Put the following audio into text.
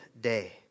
day